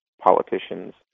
politicians